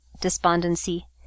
despondency